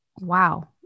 wow